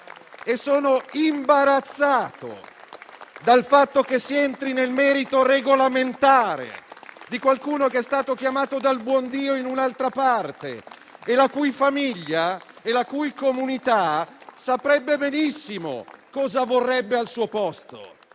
Sono imbarazzato dal fatto che si entri nel merito regolamentare di qualcuno che è stato chiamato dal buon Dio in un'altra parte e la cui famiglia e la cui comunità saprebbero benissimo cosa vorrebbero al suo posto.